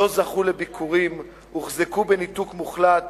הם לא זכו לביקורים, הוחזקו בניתוק מוחלט.